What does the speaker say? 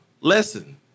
Lesson